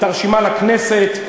את הרשימה לכנסת,